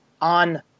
on